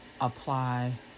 apply